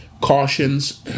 cautions